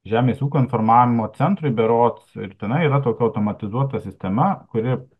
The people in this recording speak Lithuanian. žemės ūkio informavimo centrui berods ir tenai yra tokia automatizuota sistema kuri